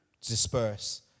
disperse